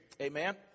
Amen